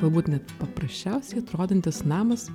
galbūt net paprasčiausiai atrodantis namas